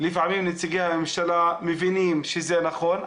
לפעמים נציגי הממשלה מבינים שזה נכון,